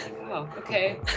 okay